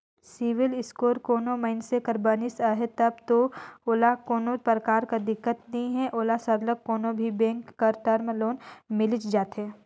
CIBIL score कोनो मइनसे कर बनिस अहे तब दो ओला कोनो परकार कर दिक्कत नी हे ओला सरलग कोनो भी बेंक कर टर्म लोन मिलिच जाथे